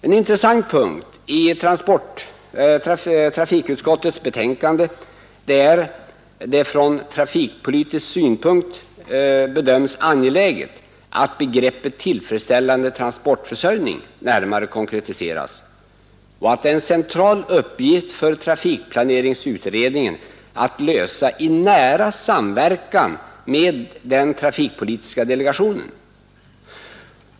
En intressant punkt i trafikutskottets betänkande är att det från trafikpolitisk synpunkt bedöms angeläget att begreppet ”tillfredsställande transportförsörjning” närmare konkretiseras och att det är en central uppgift för trafikplaneringsutredningen att lösa detta i nära samverkan med den trafikpolitiska delegationen.